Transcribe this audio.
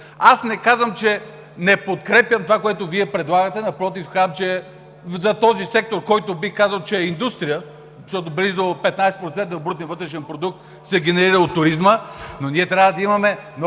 Аз не казвам, че не подкрепям това, което Вие предлагате, напротив, казвам, че за този сектор, който бих казал, че е индустрия – близо 15% от брутния вътрешен продукт се генерира от туризма, но ние трябва да имаме много